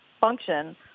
function